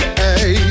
hey